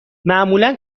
معمولا